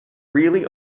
really